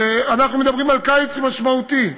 אנחנו מדברים על קיץ משמעותי.